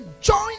join